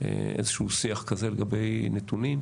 איזשהו שיח כזה לגבי נתונים,